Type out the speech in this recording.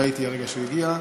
ראיתי הרגע שהוא הגיע.